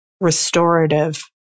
restorative